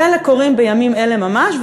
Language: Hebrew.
חלק קורים בימים אלה ממש,